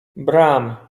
bram